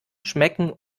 schmecken